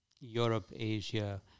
Europe-Asia